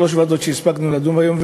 שלוש ועדות שהספקנו לדון בהן היום.